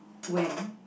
when